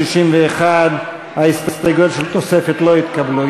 61. ההסתייגויות של תוספת לא התקבלו.